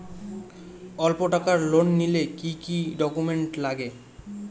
অল্প টাকার লোন নিলে কি কি ডকুমেন্ট লাগে?